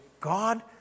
God